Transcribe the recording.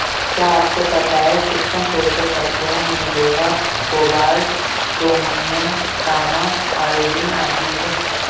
क्या आपको पता है सूक्ष्म पोषक तत्वों में लोहा, कोबाल्ट, क्रोमियम, तांबा, आयोडीन आदि है?